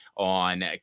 on